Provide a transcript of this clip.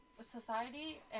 society